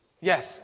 Yes